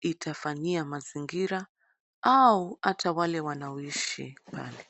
itafanyia mazingira au hata wale wanaoishi pale.